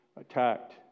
attacked